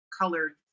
colored